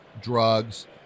drugs